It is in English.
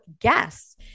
guests